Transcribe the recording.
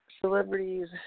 celebrities